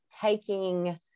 taking